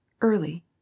early